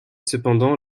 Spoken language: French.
cependant